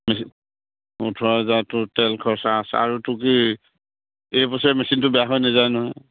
machine উঠোৱা যোৱাটো তেল খৰচ আচ আৰুত কি এইবছৰে মেচিনটো বেয়া হৈ নেযায় নহয়